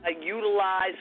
utilize